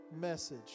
message